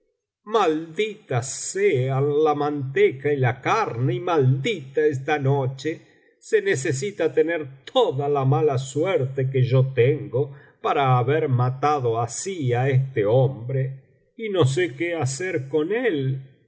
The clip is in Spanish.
malditas sean la manteca y la carne y maldita esta noche se necesita tener toda la mala suerte que yo tengo para haber matado así á este hombre y no sé qué hacer con él